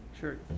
Sure